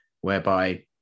whereby